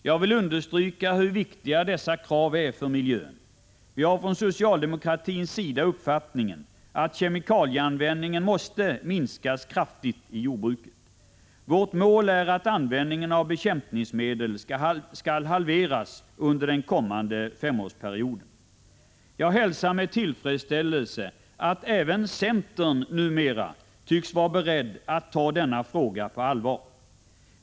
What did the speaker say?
Jag vill understryka hur viktiga dessa krav är för miljön. Vi har från socialdemokratins sida uppfattningen att kemikalieanvändningen i jordbruket måste minskas kraftigt. Vårt mål är att användningen av bekämpningsmedel skall halveras under den kommande femårsperioden. Jag hälsar med tillfredsställelse att även centern numera tycks vara beredd att ta denna fråga på allvar.